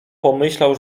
pomyślał